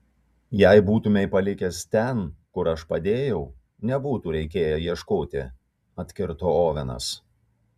jei būtumei palikęs ten kur aš padėjau nebūtų reikėję ieškoti atkirto ovenas